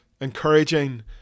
encouraging